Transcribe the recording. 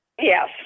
Yes